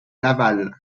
laval